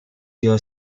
your